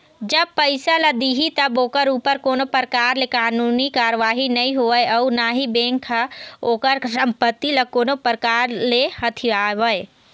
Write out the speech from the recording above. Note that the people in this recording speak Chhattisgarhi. जब पइसा ल दिही तब ओखर ऊपर कोनो परकार ले कानूनी कारवाही नई होवय अउ ना ही बेंक ह ओखर संपत्ति ल कोनो परकार ले हथियावय